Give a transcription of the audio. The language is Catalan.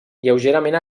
lleugerament